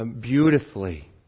beautifully